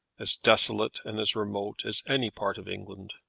as desolate, and as remote as any part of england.